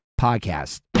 Podcast